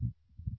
L 4